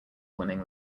winning